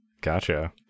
Gotcha